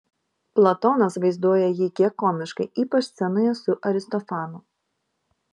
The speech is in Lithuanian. platonas vaizduoja jį kiek komiškai ypač scenoje su aristofanu